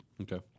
Okay